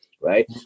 right